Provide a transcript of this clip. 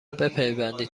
بپیوندید